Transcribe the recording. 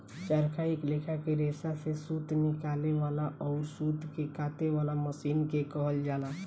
चरखा एक लेखा के रेसा से सूत निकाले वाला अउर सूत के काते वाला मशीन के कहल जाला